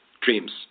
dreams